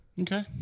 Okay